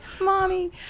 Mommy